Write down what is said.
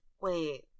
wait